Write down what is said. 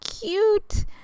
cute